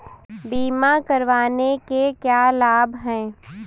बीमा करवाने के क्या क्या लाभ हैं?